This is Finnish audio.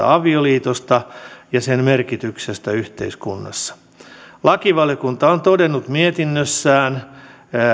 avioliitosta ja sen merkityksestä yhteiskunnassa lakivaliokunta on todennut mietinnössään